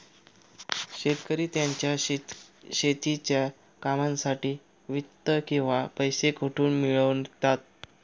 शेतकरी त्यांच्या शेतीच्या कामांसाठी वित्त किंवा पैसा कुठून मिळवतात?